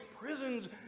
prisons